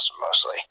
mostly